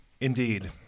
Indeed